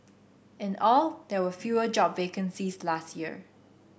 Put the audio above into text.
in all there were fewer job vacancies last year